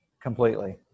completely